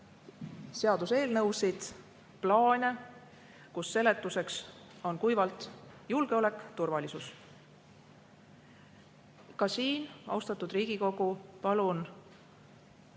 seaduseelnõusid ja plaane, kus seletuseks on kuivalt julgeolek, turvalisus. Ka siin, austatud Riigikogu, palun